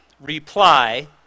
reply